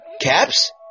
Caps